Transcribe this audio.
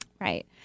Right